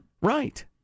Right